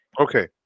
Okay